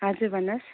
हजुर भन्नुहोस्